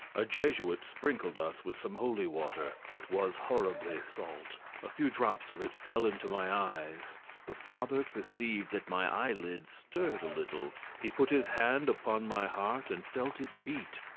a jesuit sprinkled us with some holy water it was horribly salt a few drops of it fell into my eyes the father perceived that my eyelids stirred a little he put his hand upon my heart and felt it beat.